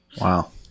wow